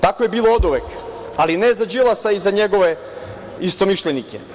Tako je bilo oduvek, ali ne za Đilasa i za njegove istomišljenike.